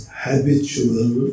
habitual